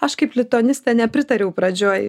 aš kaip lituanistė nepritariau pradžioj